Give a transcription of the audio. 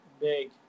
big